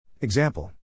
Example